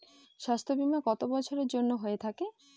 স্বাস্থ্যবীমা কত বছরের জন্য হয়ে থাকে?